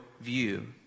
view